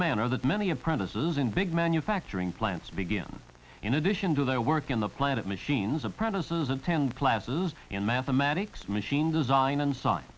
manner that many apprentices in big manufacturing plants begin in addition to their work in the planet machines apprentices attend classes in mathematics machine design and sign